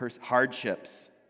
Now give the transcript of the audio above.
hardships